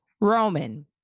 Roman